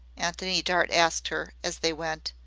antony dart asked her as they went.